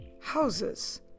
HOUSES